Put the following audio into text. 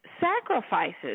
sacrifices